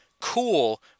cool